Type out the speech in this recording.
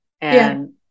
and-